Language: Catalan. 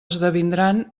esdevindran